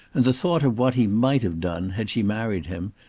and the thought of what he might have done, had she married him,